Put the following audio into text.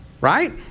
Right